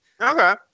Okay